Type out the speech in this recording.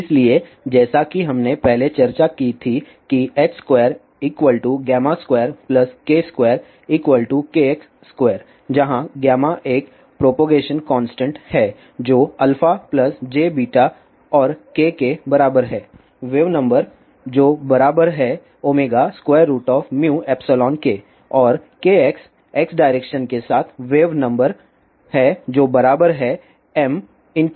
इसलिए जैसा कि हमने पहले चर्चा की थी कि h22k2kx2 जहाँ एक प्रोपगेशन कांस्टेंट है जो α j और k के बराबर है वेव नंबर जो बराबर है μϵ के और kx x डायरेक्शन के साथ वेव नंबर है जो बराबर है ma